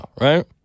Right